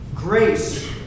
Grace